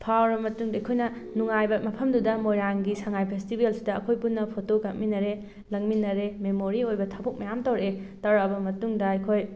ꯐꯥꯎꯔꯕ ꯃꯇꯨꯡꯗ ꯑꯩꯈꯣꯏꯅ ꯅꯨꯡꯉꯥꯏꯕ ꯃꯐꯝꯗꯨꯗ ꯃꯣꯏꯔꯥꯡꯒꯤ ꯁꯉꯥꯏ ꯐꯦꯁꯇꯤꯚꯦꯜꯁꯤꯗ ꯑꯩꯈꯣꯏ ꯄꯨꯟꯅ ꯐꯣꯇꯣ ꯀꯥꯞꯃꯤꯟꯅꯔꯦ ꯂꯥꯡꯃꯤꯟꯅꯔꯦ ꯃꯦꯃꯣꯔꯤ ꯑꯣꯏꯕ ꯊꯕꯛ ꯃꯌꯥꯝ ꯇꯧꯔꯛꯑꯦ ꯇꯧꯔꯛꯑꯕ ꯃꯇꯨꯡꯗ ꯑꯩꯈꯣꯏ